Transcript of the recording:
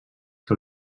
que